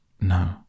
No